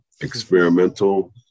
experimental